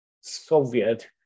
Soviet